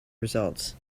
results